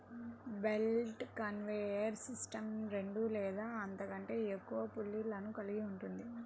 belt conveyor system రెండు లేదా అంతకంటే ఎక్కువ పుల్లీలను కలిగి ఉంటుంది